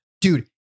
Dude